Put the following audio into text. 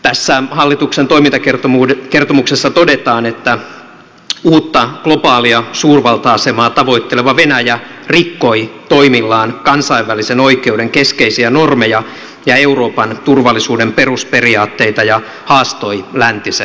tässä hallituksen toimintakertomuksessa todetaan että uutta globaalia suurvalta asemaa tavoitteleva venäjä rikkoi toimillaan kansainvälisen oikeuden keskeisiä normeja ja euroopan turvallisuuden perusperiaatteita ja haastoi läntisen arvomaailman